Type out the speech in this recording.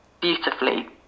beautifully